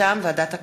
מטעם ועדת הכנסת,